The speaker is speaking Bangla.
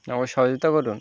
আমায় সহযোগিতা করুন